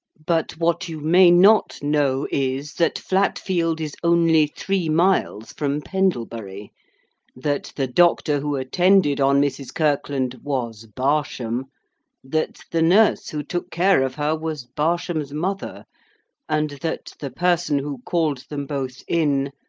but what you may not know is, that flatfield is only three miles from pendlebury that the doctor who attended on mrs. kirkland was barsham that the nurse who took care of her was barsham's mother and that the person who called them both in,